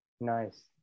Nice